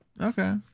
Okay